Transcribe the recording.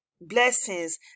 blessings